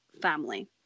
family